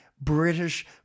British